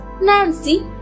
Nancy